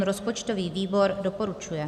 Rozpočtový výbor doporučuje.